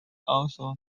also